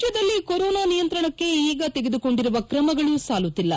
ರಾಜ್ಯದಲ್ಲಿ ಕೊರೊನಾ ನಿಯಂತ್ರಣಕ್ಕೆ ಈಗ ತೆಗೆದುಕೊಂಂಡಿರುವ ಕ್ರಮಗಳು ಸಾಲುತ್ತಿಲ್ಲ